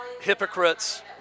hypocrites